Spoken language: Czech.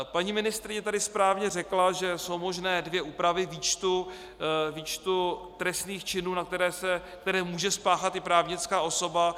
Paní ministryně tady správně řekla, že jsou možné dvě úpravy výčtu trestných činů, které může spáchat i právnická osoba.